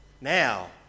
now